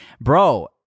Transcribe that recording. Bro